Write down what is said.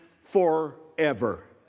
forever